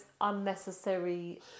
unnecessary